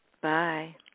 bye